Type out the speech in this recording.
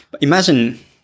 Imagine